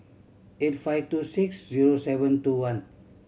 eight five two six zero seven two one